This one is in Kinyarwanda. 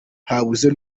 habuze